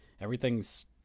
everything's